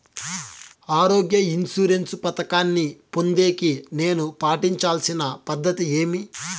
ఆరోగ్య ఇన్సూరెన్సు పథకాన్ని పొందేకి నేను పాటించాల్సిన పద్ధతి ఏమి?